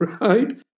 right